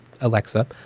Alexa